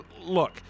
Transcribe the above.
Look